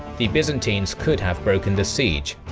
the byzantines could have broken the siege,